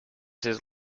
his